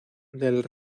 del